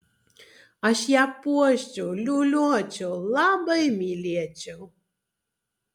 aš ją puoščiau liūliuočiau labai mylėčiau